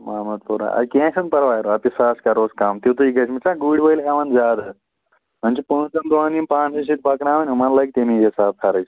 محمد پورہ آ کیٚنٛہہ چھُنہٕ پَرواے رۄپیہِ ساس کَرہوس کَم تیُتٕے گَژھِ یِم چھِنَہ گُرۍ وٲلۍ ہٮ۪وان زیادٕ ہہ وَنہِ چھِ پانٛژَن دۄہن یِم پانٛسٕے سۭتۍ پَکناوٕنۍ یِمن لَگہِ تَمی حِساب خرٕچ